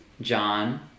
John